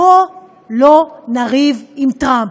בואו לא נריב עם טראמפ.